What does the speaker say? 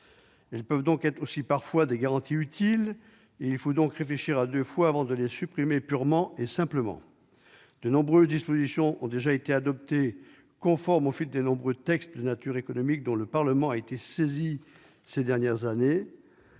peuvent donc aussi constituer, parfois, des garanties utiles ; il faut y réfléchir à deux fois avant de les supprimer purement et simplement. De nombreuses dispositions ont déjà été adoptées conformes au fil de l'examen des nombreux textes portant sur des sujets économiques dont le Parlement a été saisi ces dernières années.